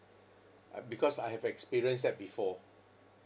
uh because I have experienced that before